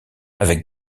avec